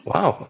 Wow